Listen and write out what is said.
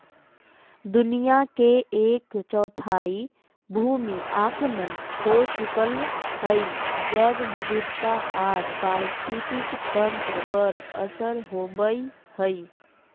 दुनिया के एक चौथाई भूमि अवक्रमण हो चुकल हई, जैव विविधता आर पारिस्थितिक तंत्र पर असर होवई हई